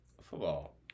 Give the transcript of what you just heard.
Football